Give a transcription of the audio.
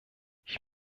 ich